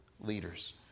leaders